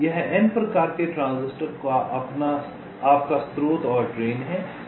यह N प्रकार के ट्रांजिस्टर का आपका स्रोत और ड्रेन है